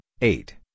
eight